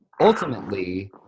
Ultimately